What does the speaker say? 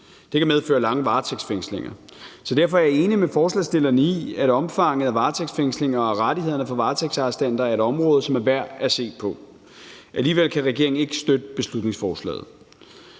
det kan medføre lange varetægtsfængslinger, så derfor er jeg enig med forslagsstillerne i, at omfanget af varetægtsfængslinger og rettighederne for varetægtsarrestanter er et område, som er værd at se på. Alligevel kan regeringen ikke støtte beslutningsforslaget.